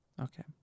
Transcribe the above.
Okay